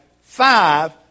five